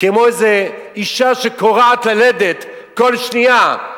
כמו איזה אשה שכורעת ללדת, כל שנייה: